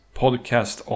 podcast